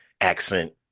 accent